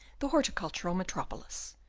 the horticultural metropolis.